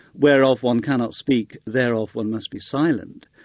whereof one cannot speak, thereof one must be silent.